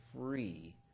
free